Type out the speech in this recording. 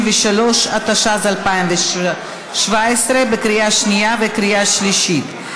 33), התשע"ז 2017, בקריאה שנייה ובקריאה שלישית.